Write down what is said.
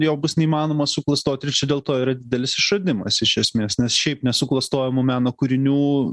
jo bus neįmanoma suklastoti dėl to yra didelis išradimas iš esmės nes šiaip nesuklastojamų meno kūrinių